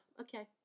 Okay